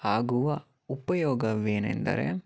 ಆಗುವ ಉಪಯೋಗವೇನೆಂದರೆ